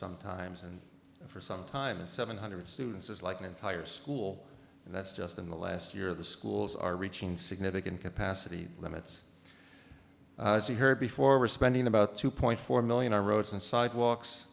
some times and for some time and seven hundred students is like an entire school and that's just in the last year the schools are reaching significant capacity limits as you heard before we're spending about two point four million our roads and sidewalks